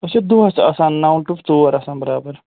أسۍ چھِ دۄہس آسان نَو ٹُہ ژور آسان برابر